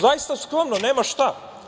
Zaista, skromno nema šta.